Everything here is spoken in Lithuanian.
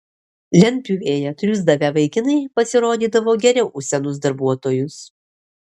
lentpjūvėje triūsdavę vaikinai pasirodydavo geriau už senus darbuotojus